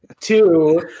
two